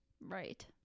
right